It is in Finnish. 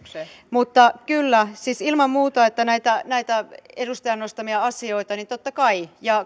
mutta kyllä siis ilman muuta näitä näitä edustajan nostamia asioita totta kai ja